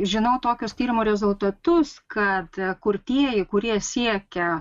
žinau tokius tyrimo rezultatus kad kurtieji kurie siekia